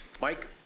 Mike